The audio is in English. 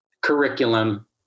curriculum